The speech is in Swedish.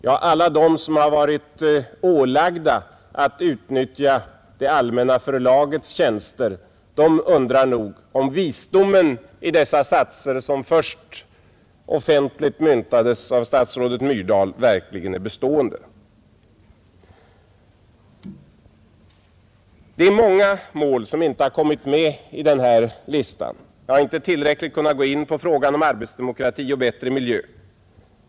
Ja, alla de som har varit ålagda att utnyttja Allmänna förlagets tjänster undrar nog om visdomen i dessa satser, som först offentligt myntades av statsrådet Gunnar Myrdal, verkligen är bestående. Nr 53 Det är många mål som inte kommit med i denna lista. Jag har inte tillräckligt kunnat gå in på frågan om arbetsdemokrati och bättre miljö.